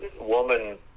woman